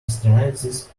externalities